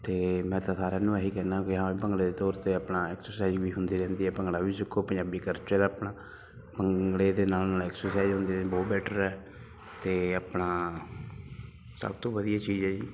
ਅਤੇ ਮੈਂ ਤਾਂ ਸਾਰਿਆਂ ਨੂੰ ਇਹ ਹੀ ਕਹਿੰਦਾ ਕਿ ਹਾਂ ਵੀ ਭੰਗੜੇ ਤੌਰ 'ਤੇ ਆਪਣਾ ਐਕਸਰਸਾਈਜ਼ ਵੀ ਹੁੰਦੀ ਰਹਿੰਦੀ ਆ ਭੰਗੜਾ ਵੀ ਸਿੱਖੋ ਪੰਜਾਬੀ ਕਰਚਰ ਆ ਆਪਣਾ ਭੰਗੜੇ ਦੇ ਨਾਲ ਨਾਲ ਐਕਸਰਸਾਈਜ਼ ਹੁੰਦੀ ਬਹੁਤ ਬੈਟਰ ਹੈ ਅਤੇ ਆਪਣਾ ਸਭ ਤੋਂ ਵਧੀਆ ਚੀਜ਼ ਹੈ ਜੀ